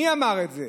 מי אמר את זה?